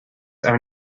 are